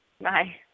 Bye